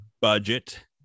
budget